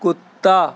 کُتَّا